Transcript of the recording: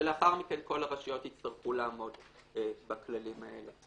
שלאחר מכן כל הרשויות יצטרכו לעמוד בכללים האלה.